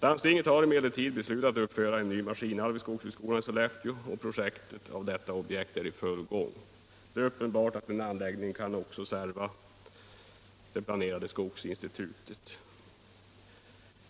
Landstinget har emellertid beslutat att uppföra en ny maskinhall vid skogsbruksskolan i Sollefteå, och projektet är i full gång. Det är uppenbart att denna anläggning också kan serva det planerade skogsinstitutet.